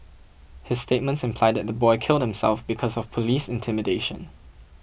his statements imply that the boy killed himself because of police intimidation